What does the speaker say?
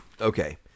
Okay